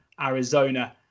Arizona